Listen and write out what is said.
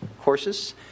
courses